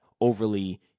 overly